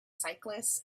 cyclists